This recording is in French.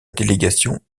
délégation